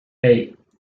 hey